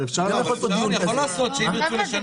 אבל אני יכול לעשות שאם ירצו לשנות